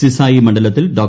സിസായി മണ്ഡലത്തിൽ ഡോ